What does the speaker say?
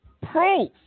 proof